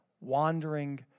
wandering